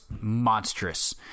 monstrous